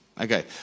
Okay